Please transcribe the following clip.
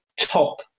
top